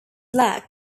black